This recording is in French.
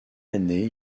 année